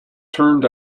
turned